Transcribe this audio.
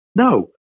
No